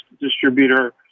distributor